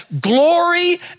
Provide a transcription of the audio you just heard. glory